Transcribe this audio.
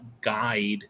guide